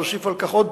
והוסיפה על כך עוד